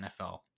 NFL